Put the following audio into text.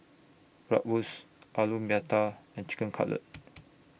Bratwurst Alu Matar and Chicken Cutlet